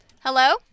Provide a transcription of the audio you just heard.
Hello